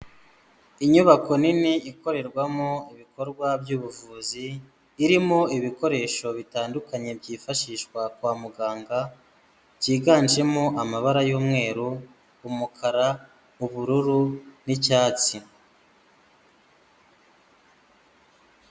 Inyubako nini ikorerwamo ibikorwa by'ubuvuzi, irimo ibikoresho bitandukanye byifashishwa kwa muganga, byiganjemo amabara y'umweru, umukara, ubururu n'icyatsi.